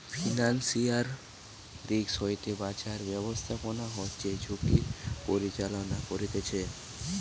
financial risk হইতে বাঁচার ব্যাবস্থাপনা হচ্ছে ঝুঁকির পরিচালনা করতিছে